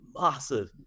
massive